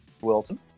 Wilson